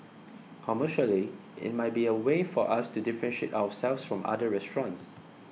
commercially it might be a way for us to differentiate ourselves from other restaurants